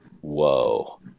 whoa